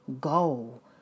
goal